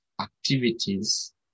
activities